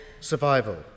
survival